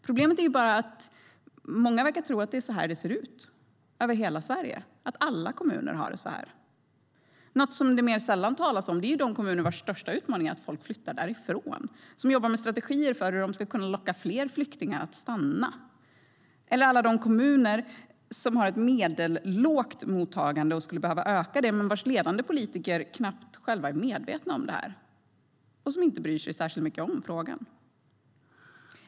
Problemet är bara att många verkar tro att det är så det ser ut över hela Sverige - att alla kommuner har det så här. Något som det mer sällan talas om är de kommuner vars största utmaning är att folk flyttar därifrån och som jobbar med strategier för hur de ska kunna locka fler flyktingar att stanna, eller alla de kommuner som har ett medellågt mottagande och skulle behöva öka det men vars ledande politiker knappt själva är medvetna om det och inte bryr sig särskilt mycket om frågan.